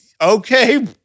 okay